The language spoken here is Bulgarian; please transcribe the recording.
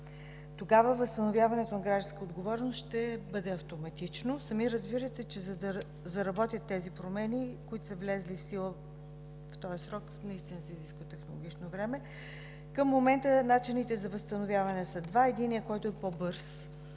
Тогава възстановяването на „Гражданска отговорност” ще бъде автоматично. Сами разбирате, че за да заработят тези промени, които са влезли в сила в този срок, наистина се изисква технологично време. Към момента начините за възстановяване са два. Единият, който е по-бърз